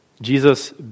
Jesus